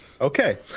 Okay